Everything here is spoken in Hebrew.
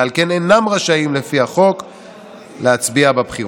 ועל כן אינם רשאים לפי החוק להצביע בבחירות.